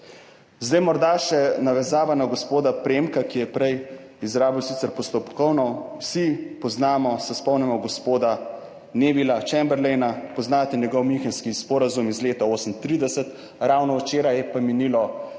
Zdaj morda še navezava na gospoda Premka, ki je prej izrabil sicer postopkovno. Vsi poznamo, se spomnimo gospoda Nebila Chamberlaina, poznate njegov münchenski sporazum iz leta 1938. Ravno včeraj je pa minilo 84